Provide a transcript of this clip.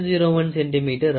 01 centimetre ஆகும்